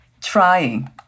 trying